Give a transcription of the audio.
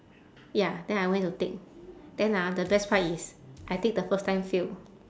ya then I went to take then ah the best part is I take the first time fail